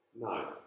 No